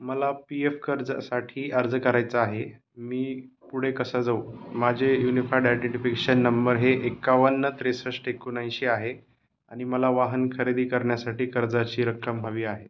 मला P F कर्जासाठी अर्ज करायचा आहे मी पुढे कसा जाऊ माझे युनिफाइड आयडेंटिफिकेशन णंबर हे एकावन्न त्रेसष्ट एकोणऐंशी आहे आणि मला वाहन खरेदी करण्यासाठी कर्जाची रक्कम हवी आहे